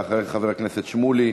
לאחר מכן, חבר הכנסת שמולי,